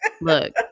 look